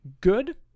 good